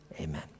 amen